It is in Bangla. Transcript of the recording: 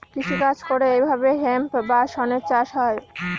কৃষি কাজ করে এইভাবে হেম্প বা শনের চাষ হয়